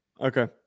Okay